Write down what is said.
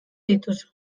dituzu